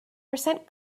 percent